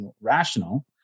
rational